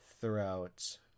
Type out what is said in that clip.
throughout